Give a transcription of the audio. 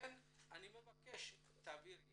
אני מבקש שתעבירי